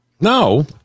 no